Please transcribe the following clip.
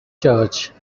church